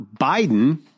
Biden